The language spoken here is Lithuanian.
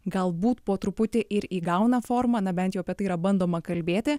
galbūt po truputį ir įgauna formą na bent jau apie tai yra bandoma kalbėti